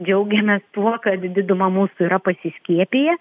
džiaugiamės tuo kad diduma mūsų yra pasiskiepiję